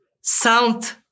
sound